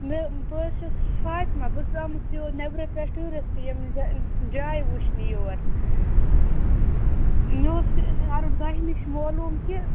مےٚ بہٕ حظ چھَس فاطمہٕ بہٕ چھَس آمٕژ یور نیٚبرٕ پٮ۪ٹھ ٹوٗرِسٹہٕ ییٚمہِ جاے وُچھنہِ یور مےٚ اوس کَرُن تۄہہِ نِش معلوٗم کہِ